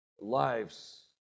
Lives